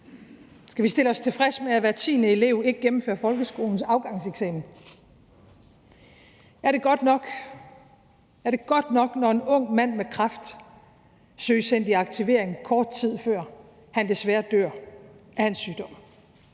Skal vi stille os tilfredse med, at hver tiende elev ikke gennemfører folkeskolens afgangseksamen? Er det godt nok, når en ung mand med kræft forsøges sendt i aktivering, kort tid før han desværre dør af sin sygdom?